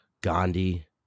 Gandhi